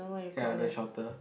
ya the shelter